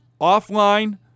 offline